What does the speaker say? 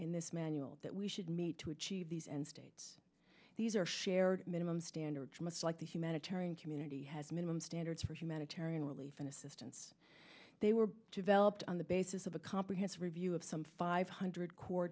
in this manual that we should meet to achieve these and states these are shared minimum standards much like the humanitarian community has minimum standards for humanitarian relief and assistance they were developed on the basis of a comprehensive review of some five hundred core